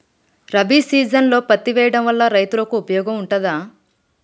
రబీ సీజన్లో పత్తి వేయడం వల్ల రైతులకు ఉపయోగం ఉంటదా?